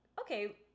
okay